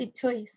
choice